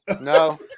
No